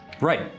Right